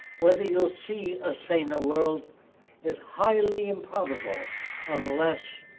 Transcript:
whether you'll see a saner world is highly improbable unless